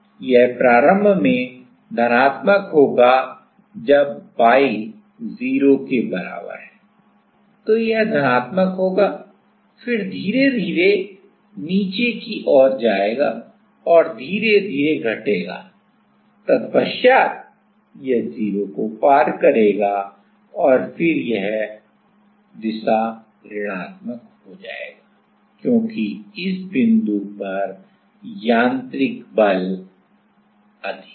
यह प्रारंभ में धनात्मक होगा जब y 0 के बराबर है तो यह धनात्मक होगा फिर धीरे धीरे नीचे नीचे की ओर जाएगा और धीरे धीरे घटेगा तत्पश्चात यह 0 को पार करेगा और फिर दिशा ऋणात्मक हो जाएगा क्योंकि इस बिंदु पर यांत्रिक बल अधिक है